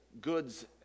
goods